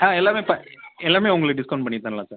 ஆ எல்லாமே ப எல்லாமே உங்களுக்கு டிஸ்கவுண்ட் பண்ணி தரலாம் சார்